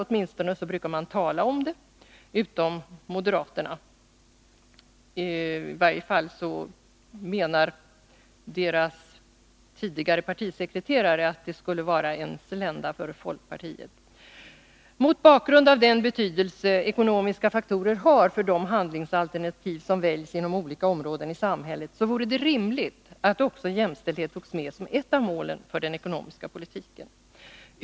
Åtminstone brukar man tala om det — utom moderaterna; i varje fall menar deras tidigare partisekreterare att det skulle vara en slända för folkpartiet. Mot bakgrund av den betydelse ekonomiska faktorer har för de handlingsalternativ som väljs inom olika områden i samhället vore det rimligt att också jämställdhet togs med som ett av målen för den ekonomiska politiken.